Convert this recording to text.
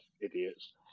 idiots